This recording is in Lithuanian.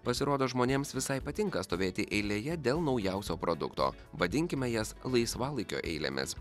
pasirodo žmonėms visai patinka stovėti eilėje dėl naujausio produkto vadinkime jas laisvalaikio eilėmis